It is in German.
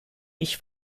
ich